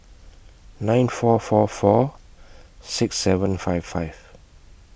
nine four four four six seven five five